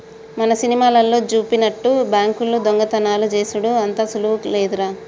మన సినిమాలల్లో జూపినట్టు బాంకుల్లో దొంగతనాలు జేసెడు అంత సులువు లేదురో